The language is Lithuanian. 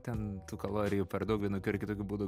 ten tų kalorijų per daug vienokiu ar kitokiu būdu